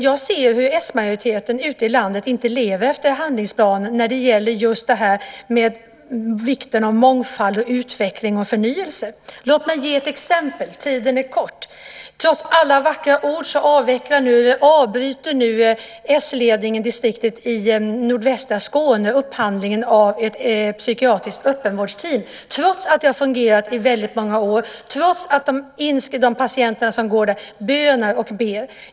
Jag kan se hur s-majoriteten ute i landet inte lever efter handlingsplanen när det gäller vikten av mångfald, utveckling och förnyelse. Låt mig ge ett kort exempel. Trots alla vackra ord avbryter nu s-ledningen i nordvästra Skånes sjukvårdsdistrikt upphandlingen av ett psykiatriskt öppenvårdsteam. Man gör det trots att teamet har fungerat i väldigt många år och trots att de patienter som går där bönar och ber om att det ska få vara kvar.